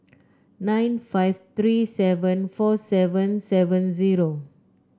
nine five three seven four seven seven zero